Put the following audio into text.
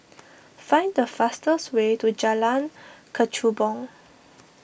find the fastest way to Jalan Kechubong